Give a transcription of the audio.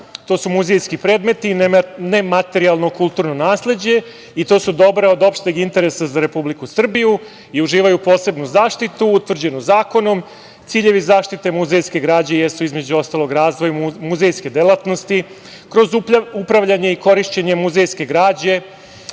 to su muzejski predmeti, nematerijalno kulturno nasleđe i to su dobra od opšte interesa za Republiku Srbiju i uživaju posebnu zaštitu utvrđenu zakonom. Ciljevi zaštite muzejske građe jesu između ostalog razvoj muzejske delatnosti kroz upravljanje i korišćenje muzejske građe.